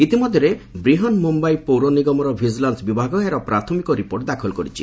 ଇତିମଧ୍ୟରେ ବ୍ରିହନ୍ ମୁମ୍ୟାଇ ପୌରନିଗମ ଭିଙ୍ଗିଲାନ୍ସ ବିଭାଗ ଏହାର ପ୍ରାଥମିକ ରିପୋର୍ଟ ଦାଖଲ କରିଛି